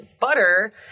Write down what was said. butter